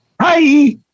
Hi